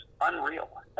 unreal